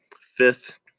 Fifth